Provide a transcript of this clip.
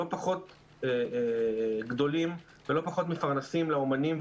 לא פחות גדולים ולא פחות מפרנסים לאומנים,